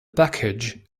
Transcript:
package